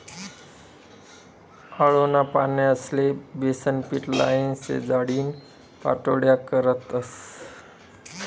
आळूना पानेस्ले बेसनपीट लाईन, शिजाडीन पाट्योड्या करतस